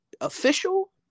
official